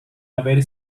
haber